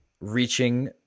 reaching